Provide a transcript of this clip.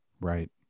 Right